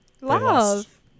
Love